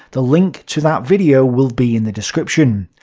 the link to that video will be in the description.